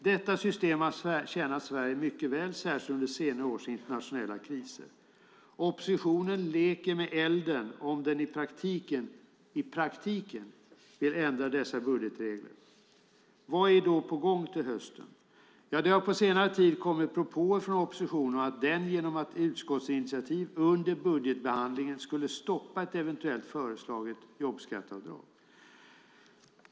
Detta system har tjänat Sverige mycket väl, särskilt under senare års internationella kriser. Oppositionen leker med elden om den i praktiken vill ändra dessa budgetregler. Vad är då på gång till hösten? Det har på senare tid kommit propåer från oppositionen om att den genom ett utskottsinitiativ under budgetbehandlingen skulle stoppa ett eventuellt föreslaget jobbskatteavdrag.